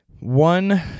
One